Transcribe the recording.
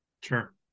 Sure